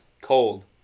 cold